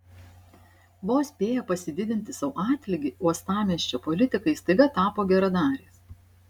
vos spėję pasididinti sau atlygį uostamiesčio politikai staiga tapo geradariais